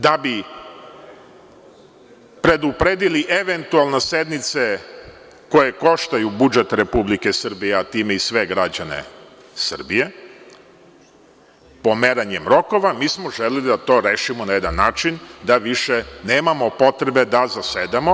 Da bi predupredili eventualno sednice koje koštaju budžet Republike Srbije, a time i sve građane Srbije pomeranjem rokova, mi smo želeli da to rešimo na jedan način da više nemamo potrebe da zasedamo.